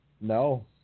No